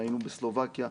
ראינו בסלובקיה,